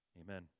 Amen